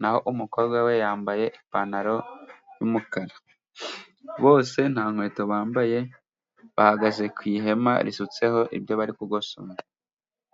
naho umukobwa we yambaye ipantaro y'umukara. Bose nta nkweto bambaye, bahagaze ku ihema risutseho ibyo bari kugosora.